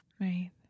Right